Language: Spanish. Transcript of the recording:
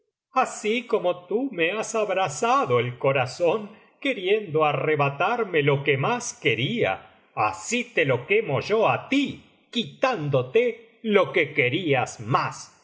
así como tú me lias abrasado el corazón queriendo arrebatarme lo que más quería así te lo quemo yo á ti quitándote lo que querías más